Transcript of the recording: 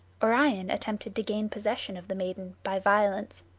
orion attempted to gain possession of the maiden by violence.